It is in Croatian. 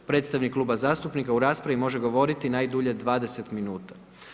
Predstavnik kluba zastupnika u raspravi možete govoriti najdulje 20 minuta.